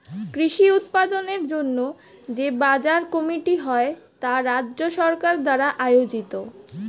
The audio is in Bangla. কৃষি উৎপাদনের জন্য যে বাজার কমিটি হয় তা রাজ্য সরকার দ্বারা আয়োজিত